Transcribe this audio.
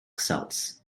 cells